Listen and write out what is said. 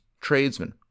tradesmen